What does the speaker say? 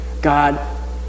God